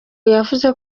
yavuze